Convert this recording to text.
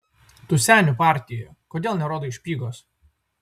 tu senių partijoje kodėl nerodai špygos